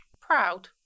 proud